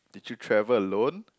did you travel alone